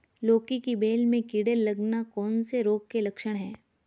लौकी की बेल में कीड़े लगना कौन से रोग के लक्षण हैं?